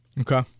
Okay